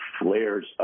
flares